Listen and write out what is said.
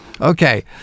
Okay